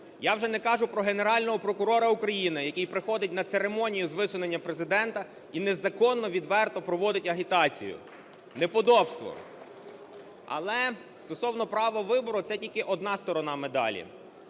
Я вже не кажу про Генерального прокурора України, який приходить на церемонію з висунення Президента і незаконно відверто проводить агітацію. Неподобство. Але стосовно права вибору – це тільки одна сторона медалі.